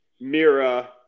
Mira